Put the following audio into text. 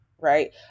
Right